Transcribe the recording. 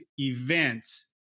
events